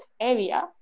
area